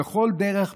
בכל דרך,